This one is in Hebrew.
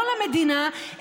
לא למדינה,